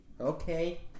Okay